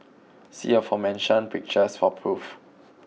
see aforementioned pictures for proof